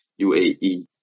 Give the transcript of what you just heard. UAE